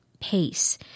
pace